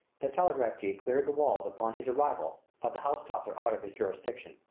the telegraph gee cleared the walls upon his arrival, but the housetops are out of his jurisdiction,